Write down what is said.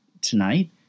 Tonight